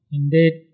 Indeed